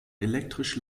elektrisch